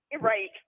Right